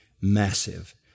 massive